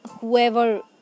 whoever